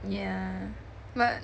yeah but